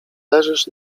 leżysz